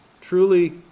Truly